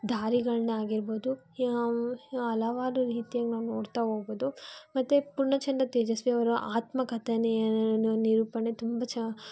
ಧಾರಿಗಳನ್ನಾಗಿರ್ಬೌದು ಹಲವಾರು ರೀತಿಯಾಗಿ ನಾವು ನೋಡ್ತಾ ಹೋಗ್ಬೌದು ಮತ್ತು ಪೂರ್ಣಚಂದ್ರ ತೇಜಸ್ವಿಯವರು ಆತ್ಮಕಥನೆಯ ನಿರೂಪಣೆ ತುಂಬ ಚ